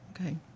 Okay